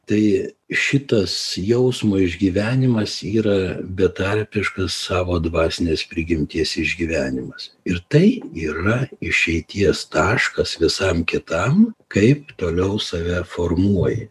tai šitas jausmo išgyvenimas yra betarpiškas savo dvasinės prigimties išgyvenimas ir tai yra išeities taškas visam kitam kaip toliau save formuoji